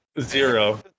Zero